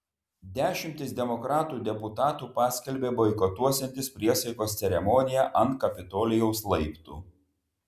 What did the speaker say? dešimtys demokratų deputatų paskelbė boikotuosiantys priesaikos ceremoniją ant kapitolijaus laiptų